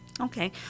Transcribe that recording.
Okay